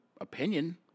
opinion